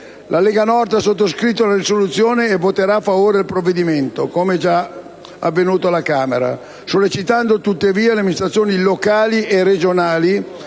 La Lega Nord ha sottoscritto la risoluzione e voterà a favore (come già avvenuto alla Camera), sollecitando tuttavia le amministrazioni locali e regionali